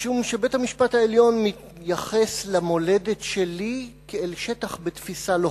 משום שבית-המשפט העליון מתייחס למולדת שלי כאל שטח בתפיסה לוחמתית.